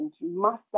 master